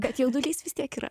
bet jaudulys vis tiek yra